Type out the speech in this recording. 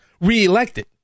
reelected